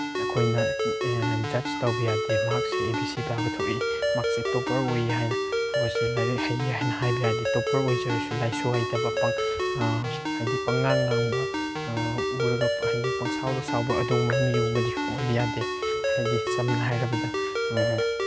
ꯅꯈꯣꯏꯅ ꯖꯁ ꯇꯧꯕ ꯌꯥꯗꯦ ꯃꯍꯥꯛꯁꯦ ꯑꯦ ꯕꯤ ꯁꯤ ꯄꯥꯕ ꯊꯣꯛꯏ ꯃꯍꯥꯛꯁꯤ ꯇꯣꯄꯔ ꯑꯣꯏꯌꯦ ꯍꯥꯏꯅ ꯃꯈꯣꯏꯁꯦ ꯂꯥꯏꯔꯤꯛ ꯍꯩꯌꯦꯅ ꯍꯥꯏꯕ ꯌꯥꯗꯦ ꯇꯣꯄꯔ ꯑꯣꯏꯖꯔꯁꯨ ꯂꯥꯏꯁꯨ ꯍꯩꯇꯕ ꯍꯥꯏꯗꯤ ꯄꯪꯉꯥꯡ ꯉꯥꯡꯕ ꯎꯔꯒ ꯍꯥꯏꯗꯤ ꯄꯪꯁꯥꯎꯗ ꯁꯥꯎꯕ ꯑꯗꯨꯒꯨꯝꯕ ꯃꯤꯒꯨꯝꯕꯗꯤ ꯑꯣꯏꯕ ꯌꯥꯗꯦ ꯍꯥꯏꯗꯤ ꯁꯝꯅ ꯍꯥꯏꯔꯕꯗ